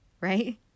Right